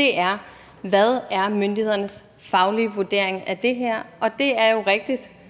er, hvad myndighedernes faglige vurdering af det her er, og det er jo rigtigt,